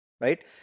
right